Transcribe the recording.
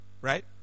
Right